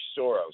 soros